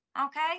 Okay